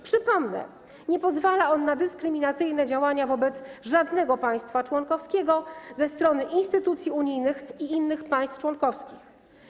Przypomnę, że nie pozwala on na dyskryminacyjne działania wobec żadnego państwa członkowskiego ze strony instytucji unijnych i innych państw członkowskich.